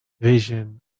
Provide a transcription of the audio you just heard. vision